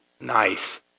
Nice